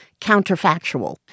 counterfactual